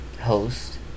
host